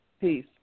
peace